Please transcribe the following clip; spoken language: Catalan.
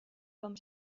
com